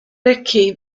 ricci